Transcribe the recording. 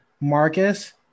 Marcus